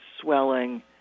swelling